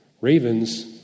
Ravens